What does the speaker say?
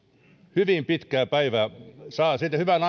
hyvin pitkää päivää saa siitä hyvän